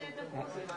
שידברו?